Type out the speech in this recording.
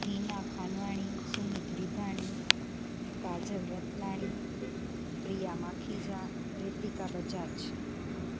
Heena Khanwani Sumit Vidhani Kajal Ratnani Priya Makhija Ritika Bajaj